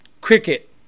cricket